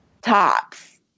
tops